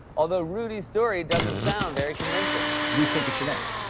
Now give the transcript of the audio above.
although rudy's story doesn't sound very convincing. we think it should end.